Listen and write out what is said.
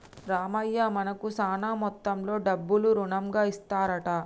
రామయ్య మనకు శాన మొత్తంలో డబ్బులు రుణంగా ఇస్తారంట